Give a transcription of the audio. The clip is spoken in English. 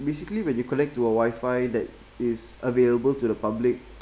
basically when you connect to a wifi that is available to the public